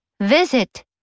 Visit